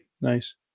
nice